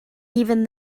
even